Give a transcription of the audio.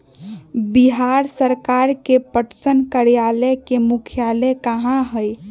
बिहार सरकार के पटसन कार्यालय के मुख्यालय कहाँ हई?